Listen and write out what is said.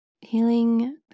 Healing